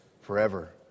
forever